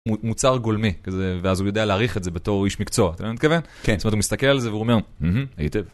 מוצר גולמי, ואז הוא יודע להעריך את זה בתור איש מקצוע, אתה יודע למה אני מתכוון? כן. זאת אומרת, הוא מסתכל על זה והוא אומר, היטב.